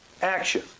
action